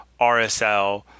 RSL